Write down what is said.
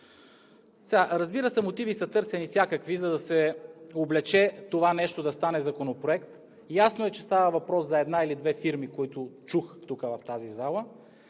Разбира се, търсени са всякакви мотиви, за да се облече това нещо, да стане законопроект. Ясно е, че става въпрос за една или две фирми, които чух тук в тази зала.